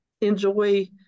enjoy